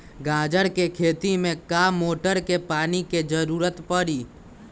गाजर के खेती में का मोटर के पानी के ज़रूरत परी?